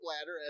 ladder